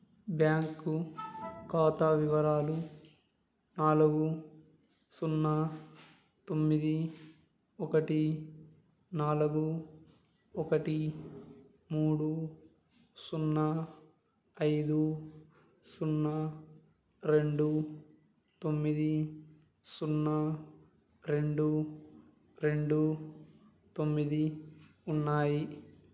bank ఖాతా వివరాలు నాలుగు సున్నా తొమ్మిది ఒకటి నాలుగు ఒకటి మూడు సున్నా ఐదు సున్నా రెండు తొమ్మిది సున్నా రెండు రెండు తొమ్మిది ఉన్నాయి